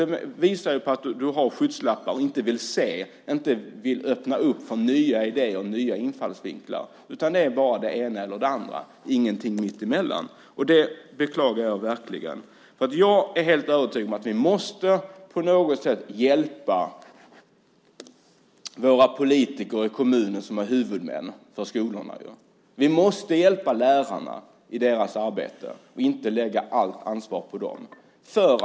Det visar på att du har skygglappar och inte vill se och öppna för nya idéer och nya infallsvinklar. Det är bara det ena eller det andra, och ingenting mittemellan. Det beklagar jag verkligen. Jag är helt övertygad om att vi på något sätt måste hjälpa våra politiker i kommunerna, som är huvudmän för skolorna. Vi måste hjälpa lärarna i deras arbete och inte lägga allt ansvar på dem.